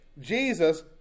Jesus